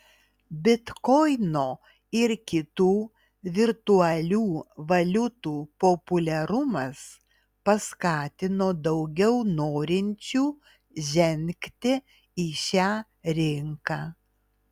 bitkoino ir kitų virtualių valiutų populiarumas paskatino daugiau norinčių žengti į šią rinką